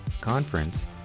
conference